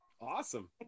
Awesome